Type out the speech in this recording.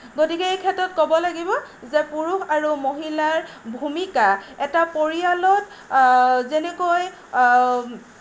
গতিকে এই ক্ষেত্ৰত ক'ব লাগিব যে পুৰুষ আৰু মহিলাৰ ভূমিকা এটা পৰিয়ালত যেনেকৈ